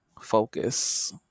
Focus